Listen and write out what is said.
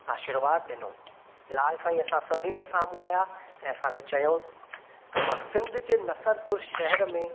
आशीर्वाद ॾिनो लाल साईं असां सभिनि जे साम्हूं आहियां ऐं असांखे चयूं त मां सिंध जे नसरपुर शहर में